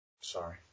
Sorry